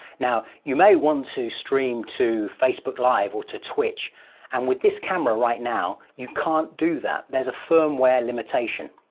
now you may want to stream to facebook live or to twitch and with this camera right now you can't do that. there's a firmware limitation.